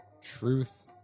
truth